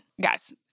Guys